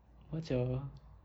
what's your